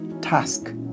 task